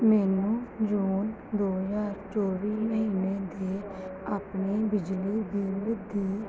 ਮੈਨੂੰ ਜੂਨ ਦੋ ਹਜ਼ਾਰ ਚੋਵੀ ਮਹੀਨੇ ਦੇ ਆਪਣੇ ਬਿਜਲੀ ਬਿੱਲ ਦੀ